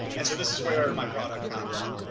and so this is where my product pavlok,